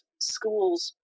schools